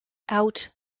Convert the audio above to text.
out